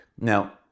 Now